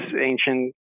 ancient